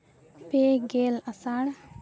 ᱯᱮ ᱜᱮᱞ ᱟᱥᱟᱲ